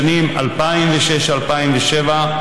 בשנים 2006 2007,